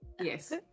Yes